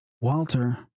Walter